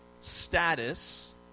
status